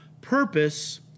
purpose